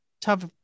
tough